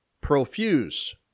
Profuse